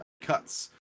cuts